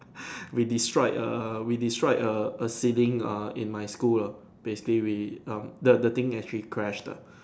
we destroy a we destroy a a ceiling uh in my school lah basically we um the the thing actually crash lah